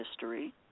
history